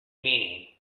meaning